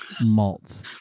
malts